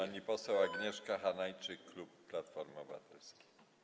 Pani poseł Agnieszka Hanajczyk, klub Platformy Obywatelskiej.